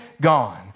gone